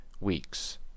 weeks